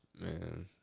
Man